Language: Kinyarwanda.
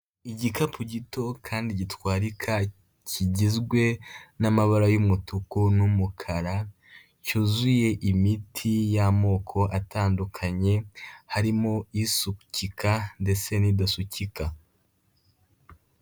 Igikapu gito kandi gitwarika, kigizwe n'amabara y'umutuku n'umukara, cyuzuye imiti y'amoko atandukanye harimo isukika ndetse n'idasukika.